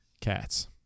cats